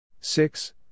six